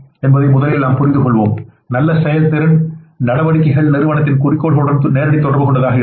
என்பதை முதலில் புரிந்துகொள்வோம் நல்ல செயல்திறன் நடவடிக்கைகள் நிறுவனத்தின் குறிக்கோள்களுடன் தொடர்புடையதாக இருக்கும்